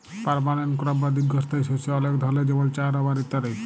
permanent crop বা দীঘ্ঘস্থায়ী শস্য অলেক ধরলের যেমল চাঁ, রাবার ইত্যাদি